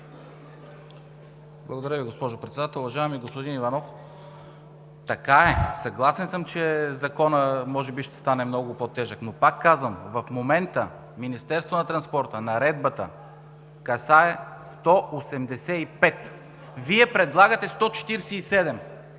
Благодаря Ви, госпожо Председател. Уважаеми господин Иванов, така е! Съгласен съм, че Законът може би ще стане много по-тежък, но, пак казвам, в момента наредбата на Министерството на транспорта касае 185, а Вие предлагате 147,